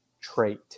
trait